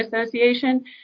Association